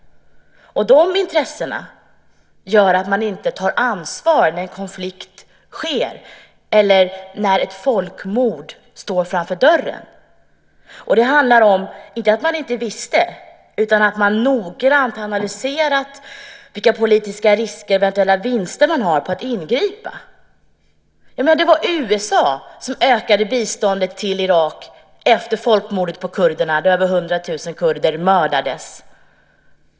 Och de intressena gör att man inte tar ansvar när en konflikt uppstår eller när ett folkmord står för dörren. Det handlar inte om att man inte visste utan om att man noggrant analyserat vilka politiska risker man kan ta och vilka eventuella vinster man kan göra genom att ingripa. Det var USA som ökade biståndet till Irak efter folkmordet på kurderna, då över 100 000 kurder mördades.